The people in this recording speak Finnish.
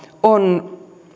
on